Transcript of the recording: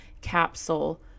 capsule